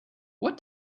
what